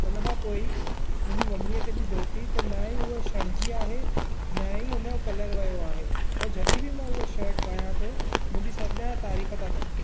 उन खां पोइ मुंहिंजी मम्मीअ जॾहिं धोती त न ई उहा छॾजी आहे न ई उन जो कलर वियो आहे ऐं जॾी बि मां उहा शर्ट पायां थो मुंहिंजी सभु ॼणा तारीफ़ था कनि